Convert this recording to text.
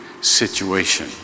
situation